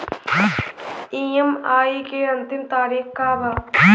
EMI के अंतिम तारीख का बा?